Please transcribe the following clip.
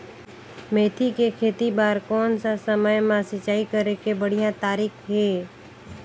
मेथी के खेती बार कोन सा समय मां सिंचाई करे के बढ़िया तारीक हे?